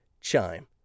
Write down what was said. Chime